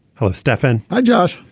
hello stefan. hi josh.